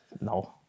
No